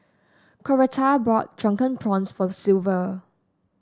Coretta bought Drunken Prawns for Silvia